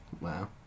Wow